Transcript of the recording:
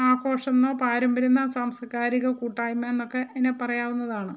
ആഘോഷം എന്നോ പാരമ്പര്യം എന്നോ സാംസ്കാരിക കൂട്ടായ്മ എന്നൊക്കെ അതിനെ പറയാവുന്നതാണ്